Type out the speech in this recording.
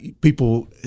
people